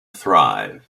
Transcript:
thrive